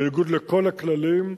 בניגוד לכל הכללים.